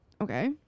okay